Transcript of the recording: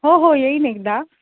हो हो येईन एकदा